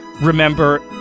Remember